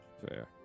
Fair